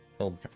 Okay